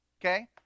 okay